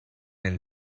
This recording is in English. and